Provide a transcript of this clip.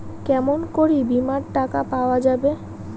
কেমন করি বীমার টাকা পাওয়া যাবে?